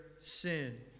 sin